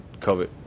COVID